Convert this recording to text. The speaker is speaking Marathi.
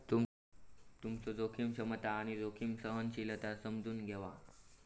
तुमचो जोखीम क्षमता आणि जोखीम सहनशीलता समजून घ्यावा